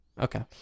okay